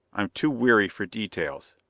i'm too weary for details.